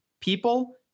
people